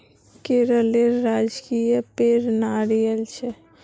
केरलेर राजकीय पेड़ नारियल छे